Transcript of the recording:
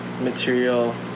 material